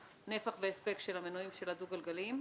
לנפח והספק של המנועים של הדו גלגליים,